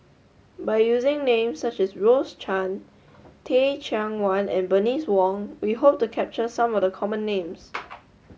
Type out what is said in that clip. by using names such as Rose Chan Teh Cheang Wan and Bernice Wong we hope to capture some of the common names